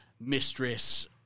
mistress